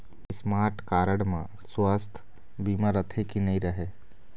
Smart card म सुवास्थ बीमा रथे की नई रहे?